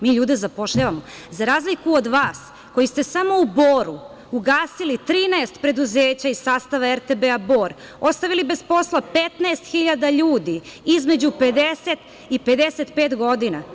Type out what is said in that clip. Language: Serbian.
Mi ljude zapošljavamo, za razliku od vas koji ste samo u Boru ugasili 13 preduzeća iz sastava RTB Bor, ostavili bez posla 15 hiljada ljudi između 50 i 55 godina.